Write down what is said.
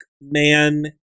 man